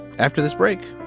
after this break.